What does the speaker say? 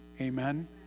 Amen